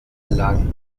lang